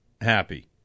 happy